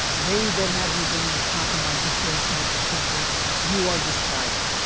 they would then have the ability to compromise the safety of the people you are describing.